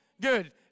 Good